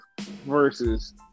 versus